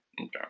Okay